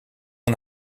een